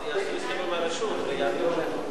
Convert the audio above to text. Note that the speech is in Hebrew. אז יעשו הסכם עם הרשות ויעבירו להם,